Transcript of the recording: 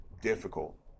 difficult